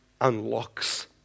unlocks